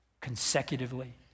consecutively